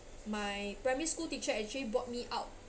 my primary school teacher actually brought me out